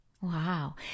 Wow